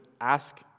ask